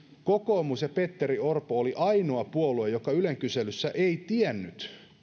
petteri orpon kokoomus oli ainoa puolue joka ylen kyselyssä ei tiennyt